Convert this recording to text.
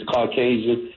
Caucasian